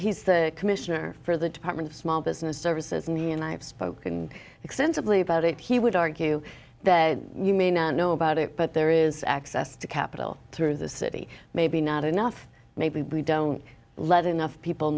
he's the commissioner for the department of small business services and i've spoken extensively about it he would argue that you may not know about it but there is access to capital through the city maybe not enough maybe we don't let enough people